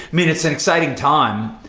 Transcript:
mean, it's an exciting time,